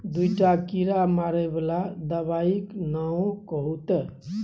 दूटा कीड़ा मारय बला दबाइक नाओ कहू तए